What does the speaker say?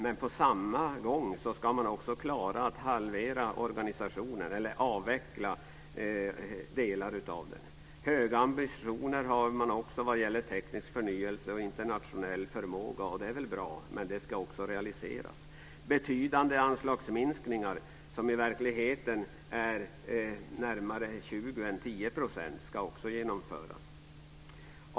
Men på samma gång ska man också klara att halvera organisationen eller avveckla delar av den. Man har höga ambitioner vad gäller teknisk förnyelse och internationell förmåga - och det är väl bra, men det ska också realiseras. Betydande anslagsminskningar, som i verkligheten är närmare 20 än 10 %, ska också genomföras.